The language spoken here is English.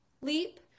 leap